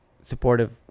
supportive